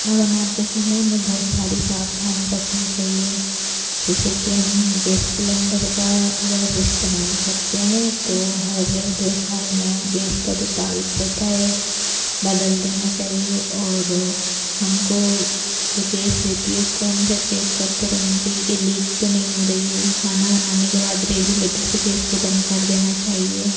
ना बनाते समय हमें बहुत सारी सावधानी रखनी चाहिए जिससे कि हम गैस सिलेंडर का अगर इस्तेमाल करते हैं तो हर दो साल में गैस का जो पाइप रहता है बदल देना चाहिए और हमको जो गैस रहती है उसको हमेशा चेक करते रहना चाहिए कि लीक तो नहीं हो रही है खाना बनाने के बाद रेगुलेटर से गैस को बंद कर देना चाहिए